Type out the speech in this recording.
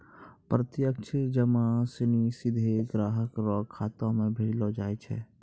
प्रत्यक्ष जमा सिनी सीधे ग्राहक रो खातो म भेजलो जाय छै